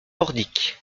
pordic